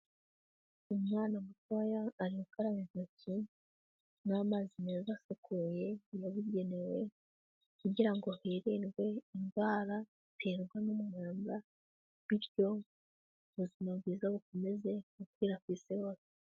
Umwana mutoya arakaraba intoki n'amazi meza asukuye yabugenewe kugira ngo hirindwe indwara ziterwa n'umwanda bityo ubuzima, bwiza bukomeze gukwira ku isi hose.